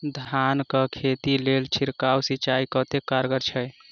धान कऽ खेती लेल छिड़काव सिंचाई कतेक कारगर छै?